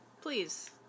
Please